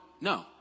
No